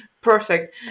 perfect